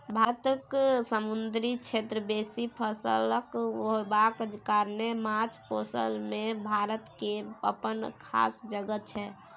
भारतक समुन्दरी क्षेत्र बेसी पसरल होबाक कारणेँ माछ पोसइ मे भारत केर अप्पन खास जगह छै